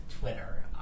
twitter